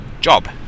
Job